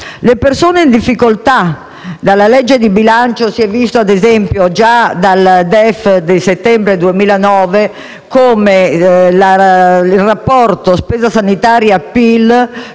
le persone in difficoltà. Dalla legge di bilancio si è visto, ad esempio, che, rispetto al DEF di settembre 2009, il rapporto spesa sanitaria-PIL